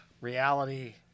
reality